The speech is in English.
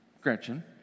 Gretchen